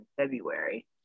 February